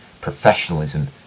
professionalism